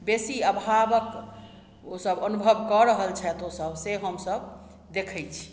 बेसी अभावक ओसभ अनुभव कऽ रहल छथि ओसभ से हमसभ देखैत छी